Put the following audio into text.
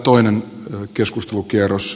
arvoisa puhemies